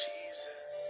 Jesus